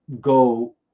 go